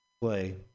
play